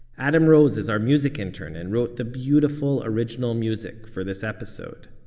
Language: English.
adam rose is our music intern and wrote the beautiful original music for this episode.